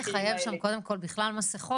צריך לחייב שם קודם כל בכלל מסכות.